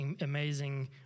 amazing